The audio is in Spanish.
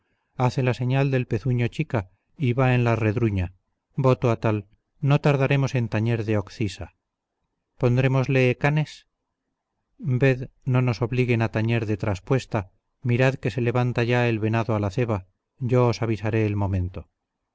hace la señal del pezuño chica y va en la redruña voto a tal no tardaremos en tañer de occisa pondrémosle canes ved no nos obliguen a tañer de traspuesta mirad que se levanta ya el venado a la ceba yo os avisaré el momento